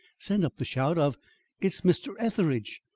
sent up the shout of it's mr. etheridge!